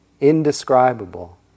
indescribable